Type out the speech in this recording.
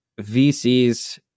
vcs